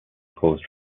coast